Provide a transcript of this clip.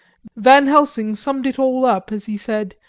van helsing summed it all up as he said,